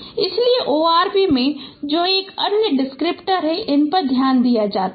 इसलिए ORB में जो यह अन्य डिस्क्रिप्टर है इन पर ध्यान दिया जाता है